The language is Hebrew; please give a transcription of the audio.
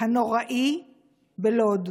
הנוראי בלוד.